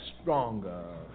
stronger